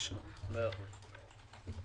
(הישיבה נפסקה